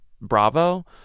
Bravo